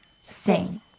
sing